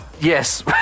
Yes